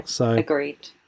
agreed